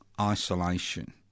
isolation